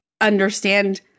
understand